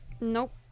Nope